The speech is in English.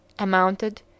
amounted